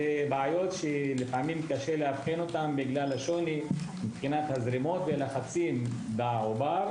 אלו בעיות שקשה לפעמים לאבחן בגלל השוני מבחינת הזרימות ולחצים בעובר,